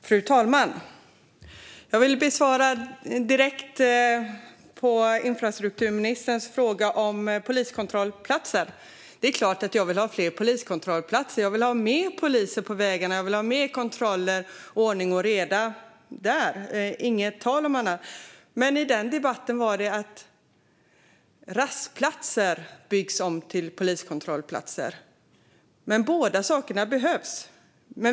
Fru talman! Jag vill svara direkt på infrastrukturministerns fråga om poliskontrollplatser: Det är klart att jag vill ha fler poliskontrollplatser. Jag vill ha fler poliser på vägarna, fler kontroller och mer ordning och reda, inget tal om annat. Men den debatten handlar om att rastplatser byggs om till poliskontrollplatser när båda sakerna behövs.